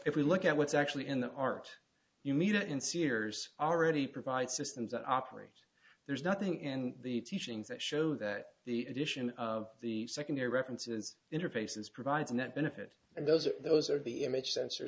if we look at what's actually in the art you mean it in sears already provide systems that operate there's nothing in the teachings that show that the addition of the secondary references interfaces provides a net benefit and those are those are the image sensor